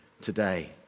today